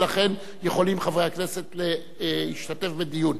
ולכן יכולים חברי הכנסת להשתתף בדיון.